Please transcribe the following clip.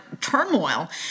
turmoil